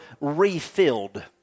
refilled